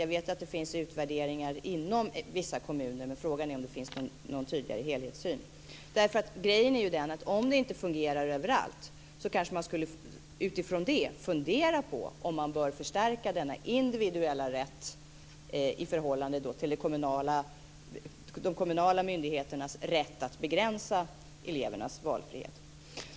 Jag vet att det finns utvärderingar inom vissa kommuner, men frågan är om det finns någon tydligare helhetssyn. Grejen är ju den att om detta inte fungerar överallt så kanske man utifrån det borde fundera på om man bör förstärka denna individuella rätt i förhållande till de kommunala myndigheternas rätt att begränsa elevernas valfrihet.